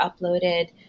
uploaded